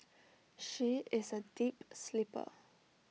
she is A deep sleeper